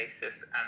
basis